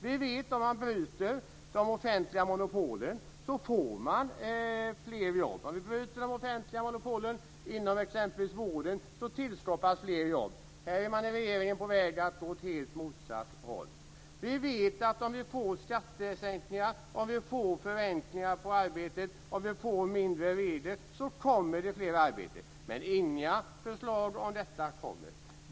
Vi vet att om man bryter de offentliga monopolen får man fler jobb. Om vi bryter de offentliga monopolen inom t.ex. vården tillskapas fler jobb. Här är man i regeringen på väg att gå åt helt motsatt håll. Vi vet att om vi får skattesänkningar, om vi får förenklingar på arbetsmarknaden, om vi får färre regler kommer det fler arbeten. Men inga förslag om detta kommer.